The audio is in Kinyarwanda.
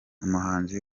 umuhanzi